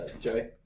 Joey